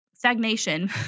stagnation